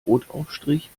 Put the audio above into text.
brotaufstrich